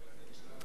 זה עובד?